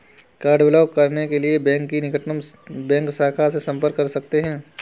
card block करने के लिए बैंक की निकटतम बैंक शाखा से संपर्क कर सकते है